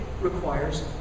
requires